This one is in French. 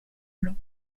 blanc